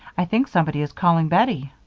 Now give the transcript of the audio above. i think somebody is calling bettie.